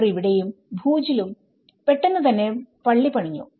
അവർ ഇവിടെയും ഭൂജ് ലും പെട്ടെന്ന് തന്നെ പള്ളി പണിഞ്ഞു